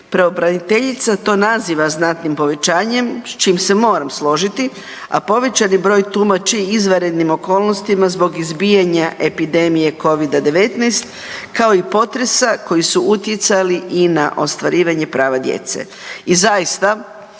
pravobraniteljica to naziva znatnim povećanjem s čim se moram složiti, a povećani broj tumači izvanrednim okolnostima zbog izbijanja epidemije covida-19 kao i potresa koji su utjecali i na ostvarivanje prava djece.